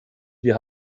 wir